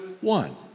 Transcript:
one